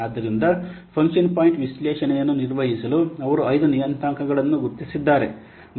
ಆದ್ದರಿಂದ function point ವಿಶ್ಲೇಷಣೆಯನ್ನು ನಿರ್ವಹಿಸಲು ಅವರು ಐದು ನಿಯತಾಂಕಗಳನ್ನು ಗುರುತಿಸಿದ್ದಾರೆ